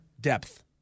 depth